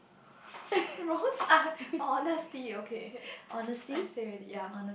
most are honesty okay I say already ya